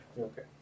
Okay